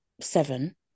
seven